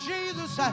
Jesus